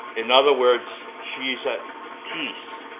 in other words, she's at peace,